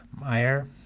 Meyer